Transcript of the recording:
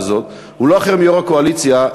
הזו הוא לא אחר מיושב-ראש הקואליציה,